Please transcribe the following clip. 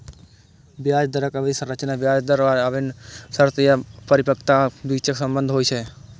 ब्याज दरक अवधि संरचना ब्याज दर आ विभिन्न शर्त या परिपक्वताक बीचक संबंध होइ छै